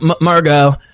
Margot